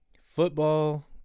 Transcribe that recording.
football